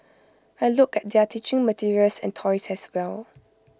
I looked at their teaching materials and toys as well